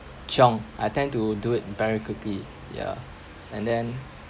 chiong I tend to do it very quickly ya and then